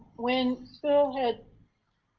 when phil had